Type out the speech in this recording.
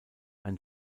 ein